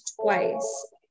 twice